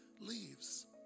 leaves